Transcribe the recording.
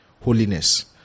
Holiness